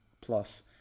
plus